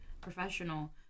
professional